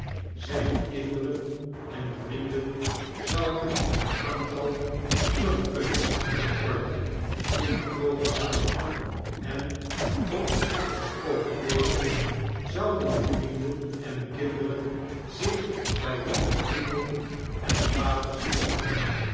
zijne kinderen en vrienden zouden een aantal plum-puddings verorbea-en in de groote zaal em op een afgesproken teeken zouden de vrienden en kinderej zicl bij lmnne vi-ienden en vaders kerstvertellingen vervoegen